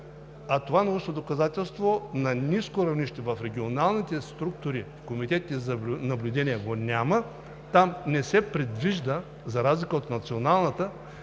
а това научно доказателство на ниско равнище в регионалните структури – комитетите за наблюдение, го няма. Там не се предвижда, за разлика от националната,